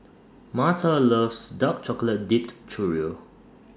Marta loves Dark Chocolate Dipped Churro